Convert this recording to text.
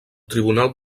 tribunal